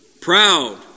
proud